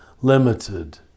limited